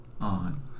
on